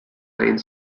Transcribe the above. lane